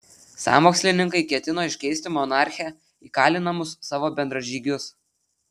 sąmokslininkai ketino iškeisti monarchę į kalinamus savo bendražygius